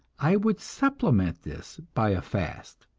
i would supplement this by a fast,